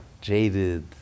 jaded